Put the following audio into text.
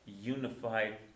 unified